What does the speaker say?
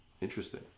Interesting